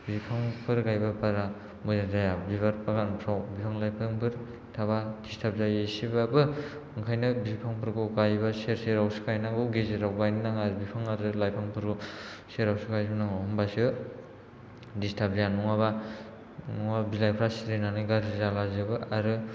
बिफांफोर गायोबा बारा मोजां जाया बिबार बागानफ्राव बिफां लाइफांफोर थाबा डिसटार्ब जायो इसेबाबो ओंखायनो बिफांफोरखौ गायोबा से सेरावसो गायनांगौ गेजेराव गायनो नाङा बिफां आरो लायफांफोरखौ सेरावसो गायजोबनांगौ होमबासो डिसटार्ब जाया नङाबा नङाबा बिलायफ्रा सिरिनानै गारजि जालाजोबो आरो